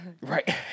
right